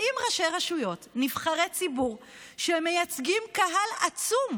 באים ראשי רשויות, נבחרי ציבור שמייצגים קהל עצום,